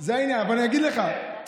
אבל אני אגיד לך,